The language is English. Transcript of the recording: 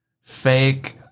fake